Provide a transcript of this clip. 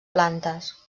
plantes